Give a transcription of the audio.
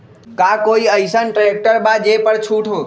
का कोइ अईसन ट्रैक्टर बा जे पर छूट हो?